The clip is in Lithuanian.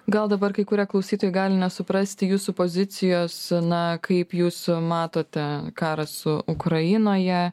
gal dabar kai kurie klausytojai gali nesuprasti jūsų pozicijos na kaip jūs matote karą su ukrainoje